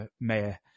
Mayor